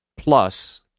plus